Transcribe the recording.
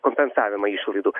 kompensavimą išlaidų